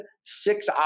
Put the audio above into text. six